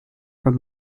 from